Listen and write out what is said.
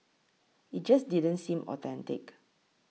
it just didn't seem authentic